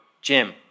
Jim